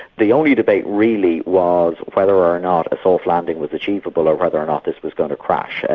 the only debate really was whether or not a soft landing was achievable or whether or not this was going to crash.